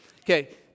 Okay